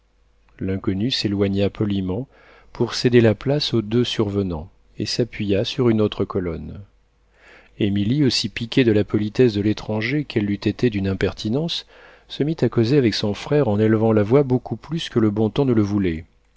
l'inconnu s'éloigna poliment pour céder la place aux deux survenants et s'appuya sur une autre colonne émilie aussi piquée de la politesse de l'étranger qu'elle l'eût été d'une impertinence se mit à causer avec son frère en élevant la voix beaucoup plus que le bon ton ne le voulait